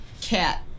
cat